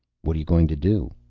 what are you going to do?